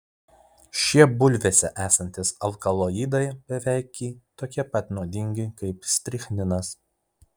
šie bulvėse esantys alkaloidai beveiki tokie pat nuodingi kaip strichninas